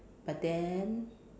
but then